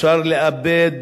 אפשר לאבד